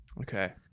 Okay